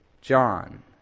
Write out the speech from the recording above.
John